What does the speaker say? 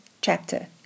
chapter